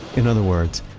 in other words,